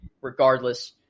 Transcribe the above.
regardless